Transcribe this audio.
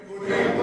הם בונים.